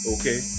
Okay